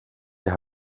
det